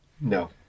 No